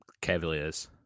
Cavaliers